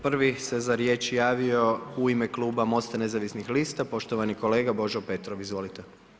Prvi se za riječ javio u ime kluba MOST-a nezavisnih lista poštovani kolega Božo Petrov, izvolite.